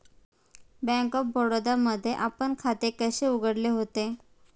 Bank of Baroda मध्ये आपण खाते कधी उघडले होते?